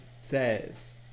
says